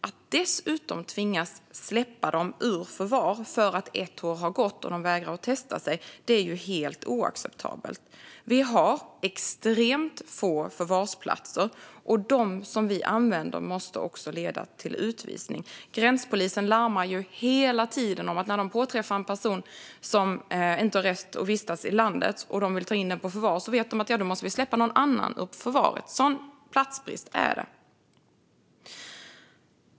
Att dessutom tvingas släppa dem ur förvar för att ett år har gått och de vägrar testa sig är helt oacceptabelt. Vi har extremt få förvarsplatser, och de som vi använder måste också leda till utvisning. Gränspolisen larmar ju hela tiden om att när de påträffar en person som inte har rätt att vistas i landet och de vill ta in den på förvar vet de att de måste släppa någon annan ur förvaret. Sådan platsbrist är det.